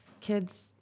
Kids